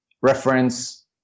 reference